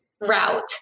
route